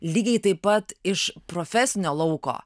lygiai taip pat iš profesinio lauko